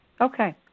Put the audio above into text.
Okay